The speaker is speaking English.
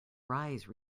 rise